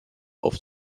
auf